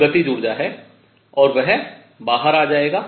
जो गतिज ऊर्जा है और वह बाहर आ जाएगा